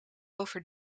over